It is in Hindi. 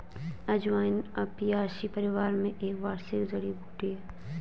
अजवाइन अपियासी परिवार में एक वार्षिक जड़ी बूटी है